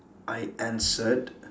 I answered